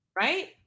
Right